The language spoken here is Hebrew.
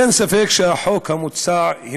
אין ספק שהחוק המוצע הוא